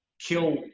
kill